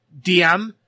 DM